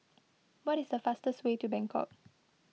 what is the fastest way to Bangkok